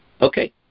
Okay